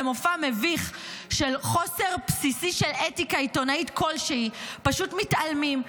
במופע מביך של חוסר בסיסי של אתיקה עיתונאית כלשהי פשוט מתעלמים,